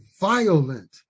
violent